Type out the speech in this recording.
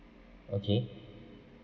okay